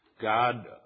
God